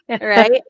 right